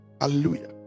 Hallelujah